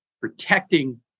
protecting